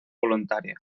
voluntaria